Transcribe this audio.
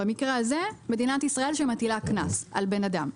במקרה הזה מדינת ישראל שמטילה קנס על אדם.